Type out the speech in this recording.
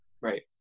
right